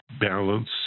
Balance